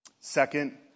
Second